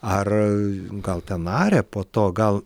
ar gal ten aria po to gal